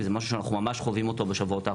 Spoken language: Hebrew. וזה משהו שאנחנו ממש חווים אותו בשבועות האחרונים.